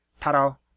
Taro